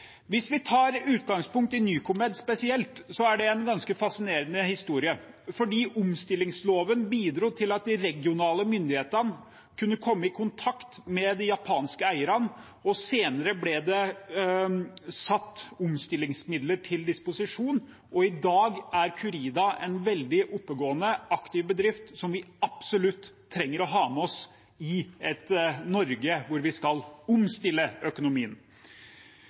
Hvis vi tar utgangspunkt i Nycomed spesielt, er det en ganske fascinerende historie fordi omstillingsloven bidro til at de regionale myndighetene kunne komme i kontakt med de japanske eierne. Senere ble det stilt omstillingsmidler til disposisjon, og i dag er Curida en veldig oppegående, aktiv bedrift som vi absolutt trenger å ha med oss i et Norge hvor vi skal omstille økonomien.